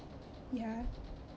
ya